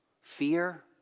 fear